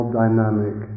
dynamic